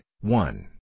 one